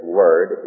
word